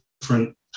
different